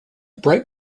bright